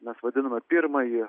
mes vadiname pirmąjį